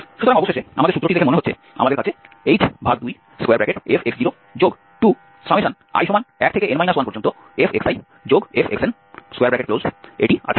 সুতরাং অবশেষে আমাদের সূত্রটি দেখে মনে হচ্ছে আমাদের কাছে h2fx02i1n 1ffxn আছে